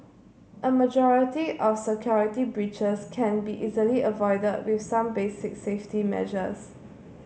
a majority of security breaches can be easily avoided with some basic safety measures